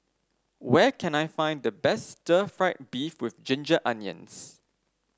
where can I find the best Stir Fried Beef with Ginger Onions